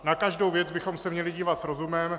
Na každou věc bychom se měli dívat s rozumem.